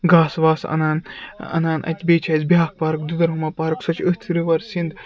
گاسہٕ واسہٕ اَنان اَنان اَتہِ بیٚیہِ چھِ اَسہِ بیٛاکھ پارک دُدرہما پارک سۄ چھِ أتھۍ رِور سِنٛد